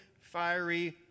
fiery